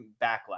backlash